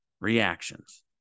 reactions